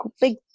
big